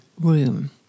room